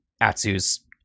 Atsu's